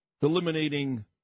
eliminating